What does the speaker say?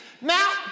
Now